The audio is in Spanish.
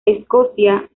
escocia